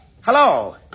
Hello